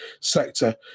sector